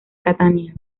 catania